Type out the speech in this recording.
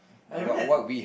I haven't had